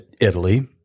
Italy—